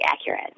accurate